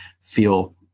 feel